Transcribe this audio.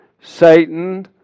Satan